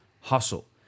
hustle